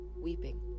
weeping